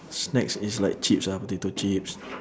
snacks is like chips ah potato chips